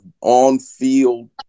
on-field